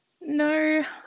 No